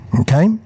Okay